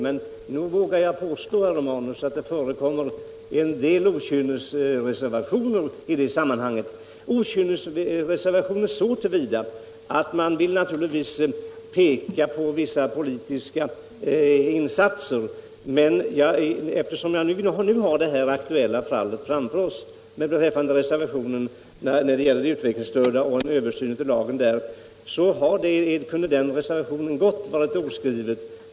Men nog vågar jag påstå, herr Romanus, att det förekommer en del okynnesreservationer — okynnesreservationer så till vida att man vill peka på vissa politiska insatser. Eftersom vi i det nu aktuella fallet dock har en reservation för översyn av omsorgslagen vill jag säga att den reservationen gott kunde ha fått förbli oskriven.